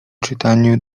czytaniu